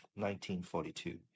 1942